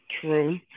True